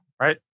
right